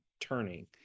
turning